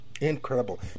incredible